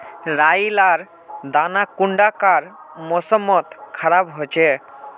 राई लार दाना कुंडा कार मौसम मोत खराब होचए?